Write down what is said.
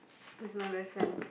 who's my best friend